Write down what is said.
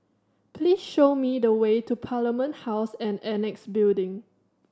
please show me the way to Parliament House and Annexe Building